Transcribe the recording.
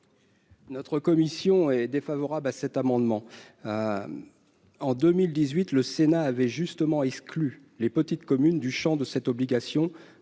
? La commission émet un avis défavorable sur cet amendement. En 2018, le Sénat a justement exclu les petites communes du champ de cette obligation,